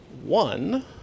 One